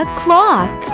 clock